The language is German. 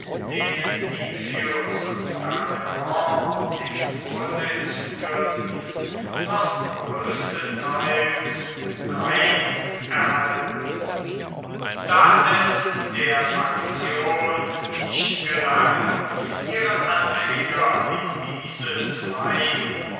denen viglius und barlaimont den vorsitz führten noch großenteils rein erhalten da es der faktion nicht gelang ihre anhänger in diese zwei